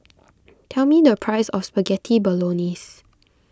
tell me the price of Spaghetti Bolognese